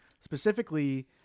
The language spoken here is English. specifically